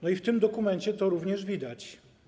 No i w tym dokumencie to również widać.